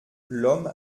l’homme